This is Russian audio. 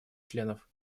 членов